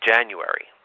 January